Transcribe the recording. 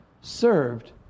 served